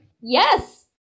Yes